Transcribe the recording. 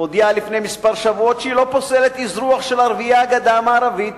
הודיעה לפני כמה שבועות שהיא לא פוסלת אזרוח של ערביי הגדה המערבית